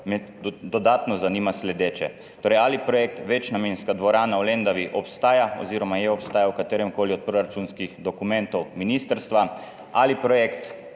me dodatno zanima naslednje: Ali projekt večnamenska dvorana v Lendavi obstaja oziroma je obstajal v kateremkoli od proračunskih dokumentov ministrstva? Ali projekt